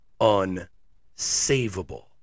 unsavable